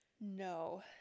No